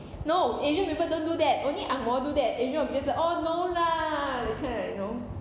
no asian people don't do that only ang moh do that asians will be just like oh no lah because you know